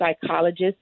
psychologist